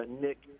Nick